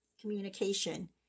communication